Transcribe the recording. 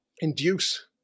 induce